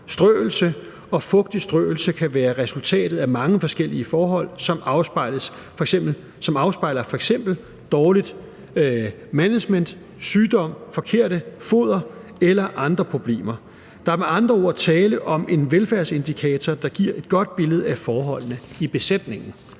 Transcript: strøelse, og fugtig strøelse kan være resultatet af mange forskellige forhold, som afspejler f.eks. dårligt management, sygdom, forkert foder eller andre problemer. Der er med andre ord tale om en velfærdsindikator, der giver et godt billede af forholdene i besætningen.